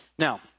Now